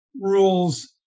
rules